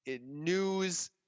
news